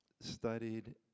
studied